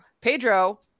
Pedro